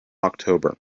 october